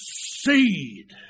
seed